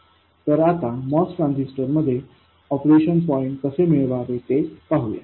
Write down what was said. तर आता MOS ट्रान्झिस्टरमध्ये ऑपरेशन पॉईंट कसे मिळवावे ते पाहूया